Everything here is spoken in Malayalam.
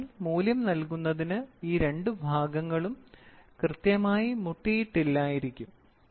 അതിനാൽ മൂല്യം നൽകുന്നതിന് ഈ രണ്ട് ഭാഗങ്ങളും കൃത്യമായി മുട്ടിയില്ലായിരിക്കും